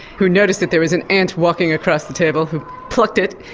who noticed that there was an ant walking across the table, who plucked it,